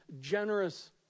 generous